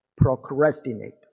procrastinate